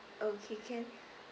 okay can